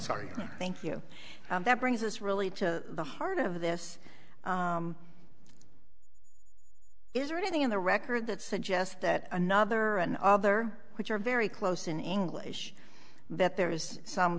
sorry thank you that brings us really to the heart of this is there anything in the record that suggests that another other which you're very close in english that there is some